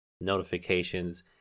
notifications